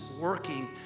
working